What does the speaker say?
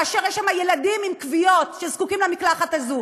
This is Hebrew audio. כאשר יש שם ילדים עם כוויות שזקוקים למקלחת הזו.